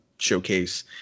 showcase